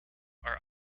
are